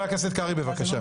חבר הכנסת קרעי, בבקשה.